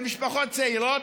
למשפחות צעירות,